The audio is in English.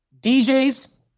DJs